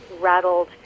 rattled